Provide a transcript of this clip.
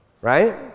right